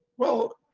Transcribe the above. well,